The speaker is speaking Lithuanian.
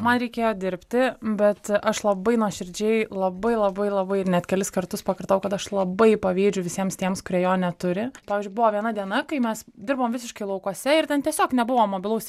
man reikėjo dirbti bet aš labai nuoširdžiai labai labai labai ir net kelis kartus pakartojau kad aš labai pavydžiu visiems tiems kurie jo neturi pavyzdžiui buvo viena diena kai mes dirbom visiškai laukuose ir ten tiesiog nebuvo mobilaus